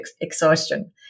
exhaustion